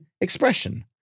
expression